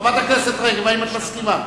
חברת הכנסת רגב, האם את מסכימה?